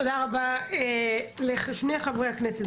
תודה רבה לשני חברי הכנסת,